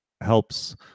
helps